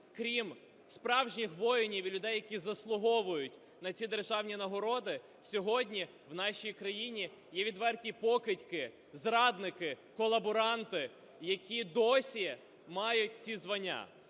крім справжніх воїнів і людей, які заслуговують на ці державні нагороди, сьогодні в нашій країні є відверті покидьки, зрадники, колаборанти, які досі мають ці звання.